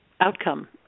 outcome